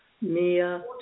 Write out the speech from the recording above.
Mia